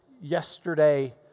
yesterday